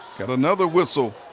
got another whistle.